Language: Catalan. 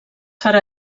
farà